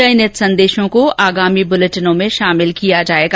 चयनित संदेशो को आगामी बुलेटिनों में शामिल किया जाएगा